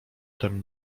tem